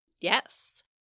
Yes